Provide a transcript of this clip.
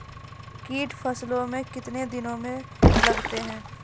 कीट फसलों मे कितने दिनों मे लगते हैं?